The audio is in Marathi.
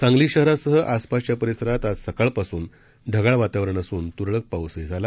सांगली शहरासह आसपासच्या परिसरात आज सकाळपासून ढगाळ वातावरण असून त्रळक पाऊसही झाला